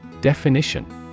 Definition